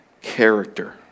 character